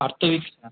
அடுத்த week sir